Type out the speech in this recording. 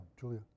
Julia